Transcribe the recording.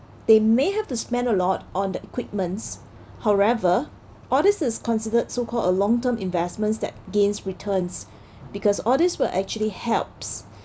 they may have to spend a lot on the equipments however all this is considered so called a long term investments that gains returns because all this will actually helps